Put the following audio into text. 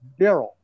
Daryl